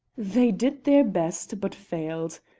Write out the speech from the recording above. they did their best, but failed.